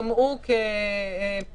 צריך גם שתהיה לו הבנה